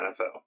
NFL